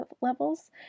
levels